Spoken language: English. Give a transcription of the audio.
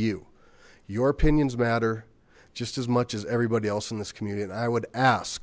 you your opinions matter just as much as everybody else in this community and i would ask